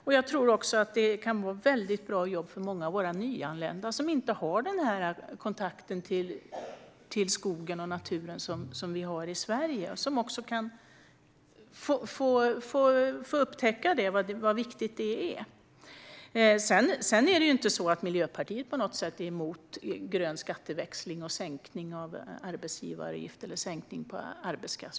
Det kan nog också vara väldigt bra jobb för många nyanlända som inte har den kontakt med skogen och naturen som vi har i Sverige. Då kan de få upptäcka hur viktig den kontakten är. Sedan är inte Miljöpartiet på något sätt emot grön skatteväxling och sänkning av arbetsgivaravgiften.